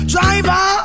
Driver